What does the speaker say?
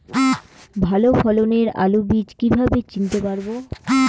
ভালো ফলনের আলু বীজ কীভাবে চিনতে পারবো?